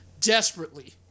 Desperately